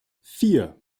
vier